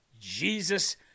Jesus